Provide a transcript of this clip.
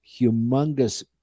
humongous